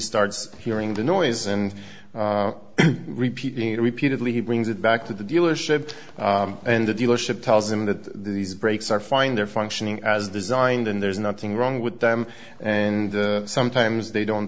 starts hearing the noise and repeating it repeatedly he brings it back to the dealership and the dealership tells him that these brakes are fine they're functioning as designed and there's nothing wrong with them and sometimes they don't